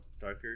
darker